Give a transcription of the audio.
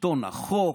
שלטון החוק,